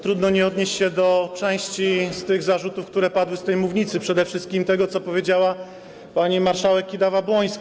Trudno nie odnieść się do części z tych zarzutów, które padły z tej mównicy, przede wszystkim do tego, co powiedziała pani marszałek Kidawa-Błońska.